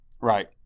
Right